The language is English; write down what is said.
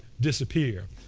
disappear?